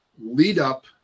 lead-up